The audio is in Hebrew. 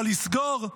אבל לסגור?